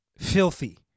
filthy